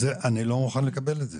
אני לא מוכן לקבל את זה.